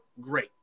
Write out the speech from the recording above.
great